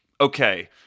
Okay